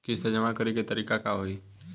किस्त जमा करे के तारीख का होई?